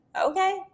okay